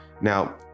Now